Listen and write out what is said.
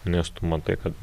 nes tu matai kad